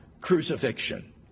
crucifixion